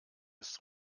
ist